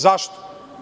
Zašto?